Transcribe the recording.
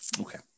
Okay